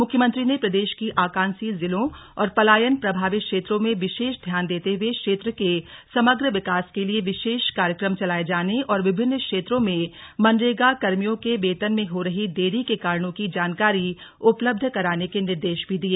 मुख्यमंत्री ने प्रदेश के आकांक्षी जिलों और पलायन प्रभावित क्षेत्रों में विशेष ध्यान देते हुए क्षेत्र के समग्र विकास के लिए विशेष कार्यक्रम चलाए जाने और विभिन्न क्षेत्रों में मनरेगा कर्मियों के वेतन में हो रही देरी के कारणों की जानकारी उपलब्ध कराने के निर्देश भी दिए